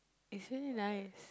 he's really nice